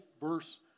verse